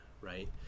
right